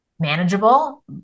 Manageable